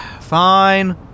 Fine